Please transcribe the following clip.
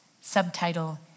Subtitle